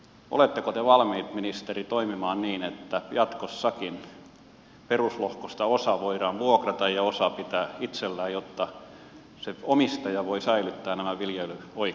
oletteko te valmiit ministeri toimimaan niin että jatkossakin peruslohkosta osa voidaan vuokrata ja osa pitää itsellään jotta se omistaja voi säilyttää nämä viljelyoikeudet